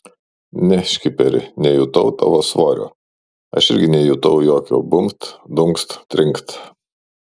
ne škiperi nejutau tavo svorio aš irgi nejutau jokio bumbt dunkst trinkt